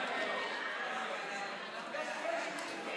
נתקבלו.